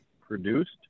produced